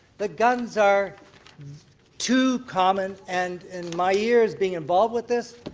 the guns are too common and and my years being involved with this